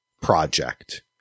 project